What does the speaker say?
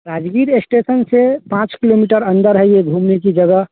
Rajgir station से पाँच kilometre अंदर है यह घूमने की जगह